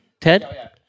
Ted